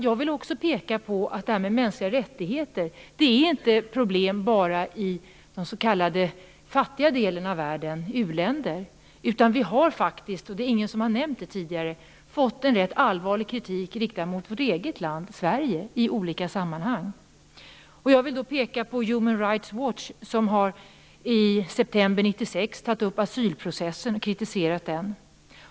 Jag vill dock också peka på att det här med mänskliga rättigheter inte bara är ett problem i den fattiga delen av världen, i u-länderna. Vi har faktiskt - det är ingen som har nämnt det tidigare - fått rätt allvarlig kritik riktad mot vårt eget land, Sverige, i olika sammanhang. Jag vill peka på Human Rights Watch, som i september 1996 har tagit upp asylprocessen och kritiserat den.